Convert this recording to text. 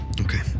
Okay